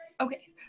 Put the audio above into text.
Okay